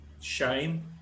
shame